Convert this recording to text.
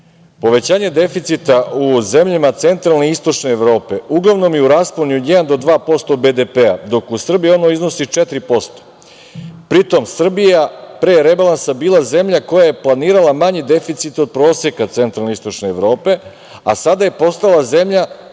povećanje deficita u zemljama centralne i istočne Evrope, uglavnom je u rasponu od 1-2% BDP, dok u Srbiji ono iznosi 4%. Pri tome, Srbija je pre rebalansa bila zemlja koja je planirala manji deficit od proseka centralne, istočne Evrope, a sada je postala zemlja